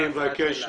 אני מבקש,